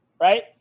right